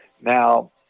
now